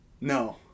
no